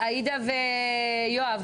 עאידה ויואב,